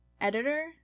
Editor